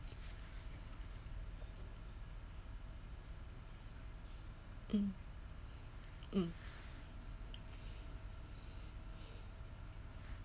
mm mm